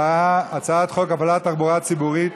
הבאה: הצעת חוק הפעלת תחבורה ציבורית